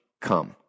come